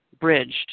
bridged